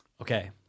Okay